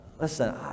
listen